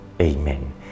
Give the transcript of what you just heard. Amen